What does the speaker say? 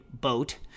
boat